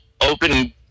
open